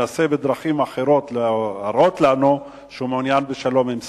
מנסה בדרכים אחרות להראות לנו שהוא מעוניין בשלום עם סוריה,